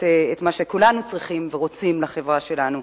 מה שכולנו צריכים ורוצים לחברה שלנו,